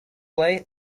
play